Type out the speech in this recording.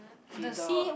K the